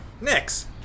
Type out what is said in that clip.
Next